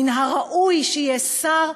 מן הראוי שיהיה שר.